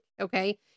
Okay